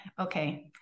okay